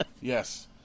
Yes